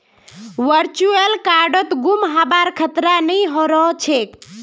virtual कार्डत गुम हबार खतरा नइ रह छेक